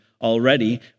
already